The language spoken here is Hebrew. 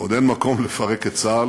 עוד אין מקום לפרק את צה"ל